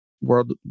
World